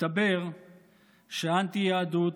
מסתבר שאנטי-יהדות,